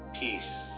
peace